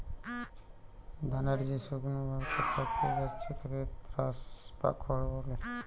ধানের যে শুকনো ভাগটা থিকে যাচ্ছে তাকে স্ত্রও বা খড় বলে